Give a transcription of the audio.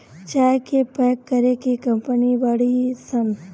चाय के पैक करे के कंपनी बाड़ी सन